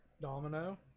Domino